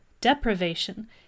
deprivation